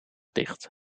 dicht